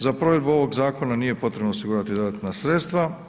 Za provedbu ovog zakona nije potrebno osigurati dodatna sredstva.